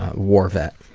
war vet.